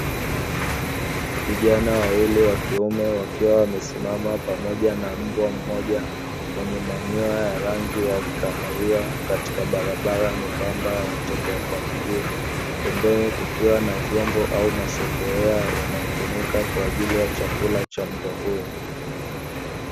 Vijana wawili wa kiume wakiwa wamesimama pamoja na mbwa mmoja, mwenye manyoya ya rangi ya kahawia katika barabara nyembamba ya watembea kwa miguu, pembeni kukiwa na vyombo au masufuria yanayotumika kwa ajili ya chakula cha mbwa huyo.